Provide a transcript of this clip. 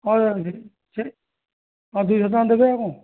ହଉ ହଉ ଦୁଇଶହ ଟଙ୍କା ଦେବେ ଆଉ କ'ଣ